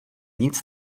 nic